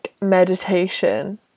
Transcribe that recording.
meditation